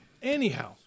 Anyhow